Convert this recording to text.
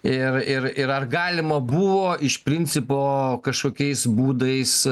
ir ir ir ar galima buvo iš principo kažkokiais būdais